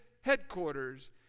headquarters